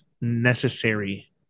necessary